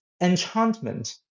enchantment